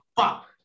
fuck